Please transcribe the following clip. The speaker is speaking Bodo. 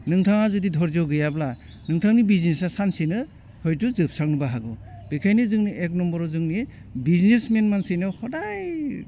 नोंथांआ जुदि धर्ज गैयाब्ला नोंथांनि बिजनेसा सानसेनो हयथ' जोबस्रांनोबो हागौ बेखायनो जोंनो एक नम्बराव जोंनि बिजनेसमेन मानसिनो हदाय